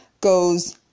goes